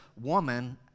woman